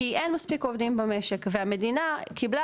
כי אין מספיק עובדים במשק והמדינה קיבלה